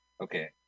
Okay